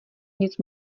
nic